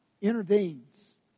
intervenes